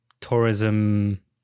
tourism